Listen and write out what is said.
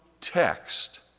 text